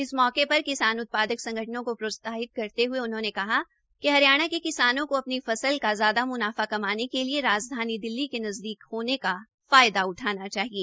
इस मौके पर किसान उत्पादक संगठनों को प्रोत्साहित करते हुए उन्होंने कहा कि हरियाणा के किसानों को अपनी फसल का ज्यादा मुनाफा कमाने के लिए राजधानी दिल्ली के नजदीक होने का फायदा उठाना चाहिए